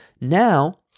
Now